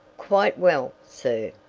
quite well, sir.